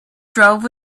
drove